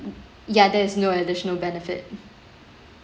ya there is no additional benefit